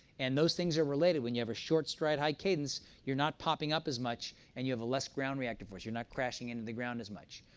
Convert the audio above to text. and those things are related. when you have a short stride, high cadence, you're not popping up as much, and you have less ground reactive voice. you're not crashing into the ground as much.